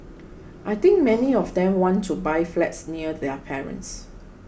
I think many of them want to buy flats near their parents